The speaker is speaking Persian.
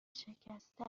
شکسته